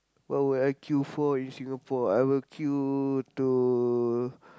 what would I kill for in Singapore I would kill to